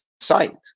site